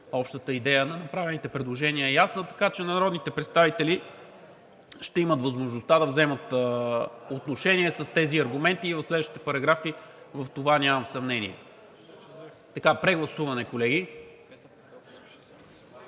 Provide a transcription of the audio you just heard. общата идея на направените предложения е ясна, така че народните представители ще имат възможността да вземат отношение с тези аргументи и в следващите параграфи, в това нямам съмнение. Колеги, прегласуване. След